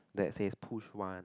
that says push once